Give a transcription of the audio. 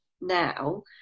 now